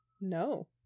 No